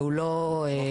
והוא לא ממוצה.